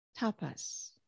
Tapas